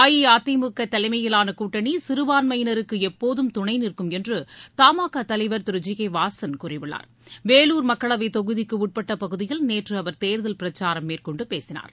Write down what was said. அஇஅதிமுக தலைமையிலான கூட்டணி சிறுபான்மையினருக்கு எப்போதும் துணை நிற்கும் என்று த மா கா தலைவர் திரு ஜி கே வாசன் கூறியுள்ளார் வேலூர் மக்களவை தொகுதிக்குட்பட்ட பகுதியில் நேற்று அவர் தேர்தல் பிரச்சாரம் மேற்கொண்டு அவர் பேசினார்